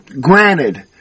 granted